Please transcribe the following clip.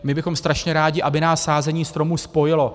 My bychom strašně rádi, aby nás sázení stromů spojilo.